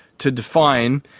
to define.